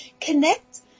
connect